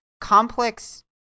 complex